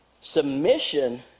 submission